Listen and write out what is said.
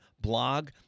blog